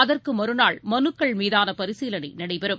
அதற்குமறுநாள் மனுக்கள் மீதானபரிசீலனைநடைபெறும்